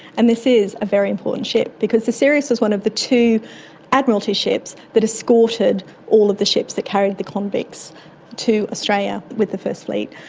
and this is a very important ship because the sirius was one of the two admiralty ships that escorted all of the ships that carried the convicts to australia with the first fleet.